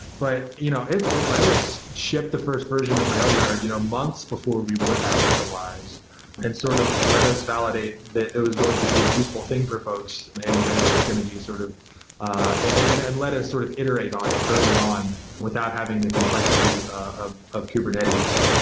but you know it it lead us shift the first version of railyard you know months before we would have otherwise and sort of let us validate that it was going to be a useful thing for folks and then it was going to be sort of and and let us sort of iterate on it early on without having the complexity ah of kubernetes.